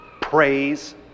praise